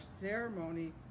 ceremony